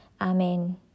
Amen